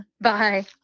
bye